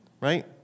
right